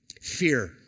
fear